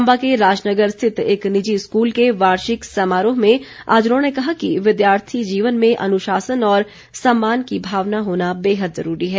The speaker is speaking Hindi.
चम्बा के राजनगर स्थित एक निजी स्कूल के वार्षिक समारोह में आज उन्होंने कहा कि विद्यार्थी जीवन में अनुशासन और सम्मान की भावना होना बेहद जरूरी है